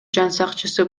жансакчысы